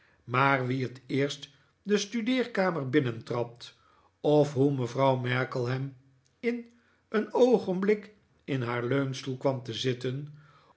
maar wie het eerst de studeerkamer binnentrad of hoe mevrouw markleham in een oogenblik in haar leunstoel kwam te zitten